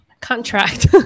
contract